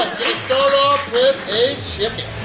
start off with a chicken!